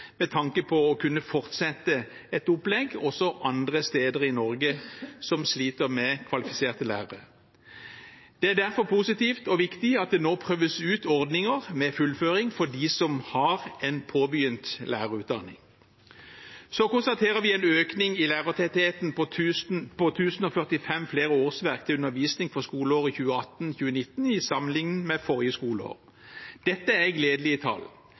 med tanke på å kunne fortsette et opplegg også andre steder i Norge som sliter med å få kvalifiserte lærere. Det er derfor positivt og viktig at det nå prøves ut ordninger med fullføring for dem som har en påbegynt lærerutdanning. Så konstaterer vi en økning i lærertettheten på 1 045 flere årsverk til undervisning fra skoleåret 2018/2019 sammenliknet med forrige skoleår. Dette er gledelige tall.